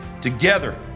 Together